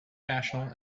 national